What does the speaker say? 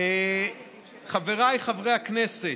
חבריי חברי הכנסת,